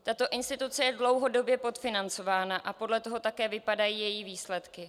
Tato instituce je dlouhodobě podfinancována a podle toho také vypadají její výsledky.